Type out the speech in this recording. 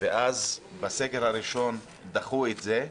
ואז בסגר הראשון דחו את זה,